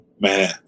Man